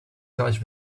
touched